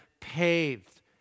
paved